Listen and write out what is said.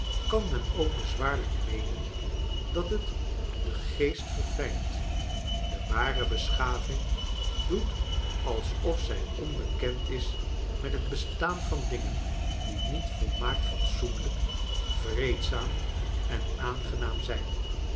kan men ook bezwaarlijk meenen dat het den geest verfijnt de ware beschaving doet alsof zij onbekend is met het bestaaa van dingen die niet volmaakt fats oenlij k vr ee dzaam en aangenaam zijn